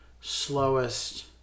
slowest